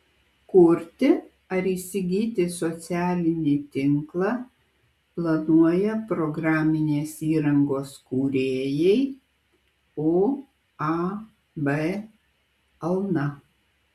kurti ar įsigyti socialinį tinklą planuoja programinės įrangos kūrėjai uab alna